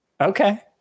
Okay